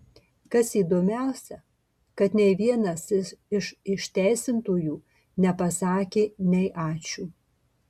kas įdomiausią kad nei vienas iš išteisintųjų nepasakė nei ačiū